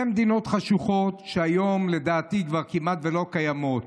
אלה מדינות חשוכות שהיום לדעתי כבר כמעט ולא קיימות,